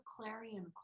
clarion